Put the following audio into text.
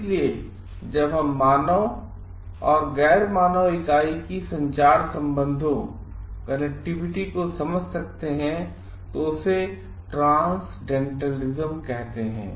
इसलिए जब हम मानव और गैर मानव इकाई की संचार सम्बन्धों को समझ सकते हैं तभी उसको ट्रान्सेंडैंटलिज्म कहते हैं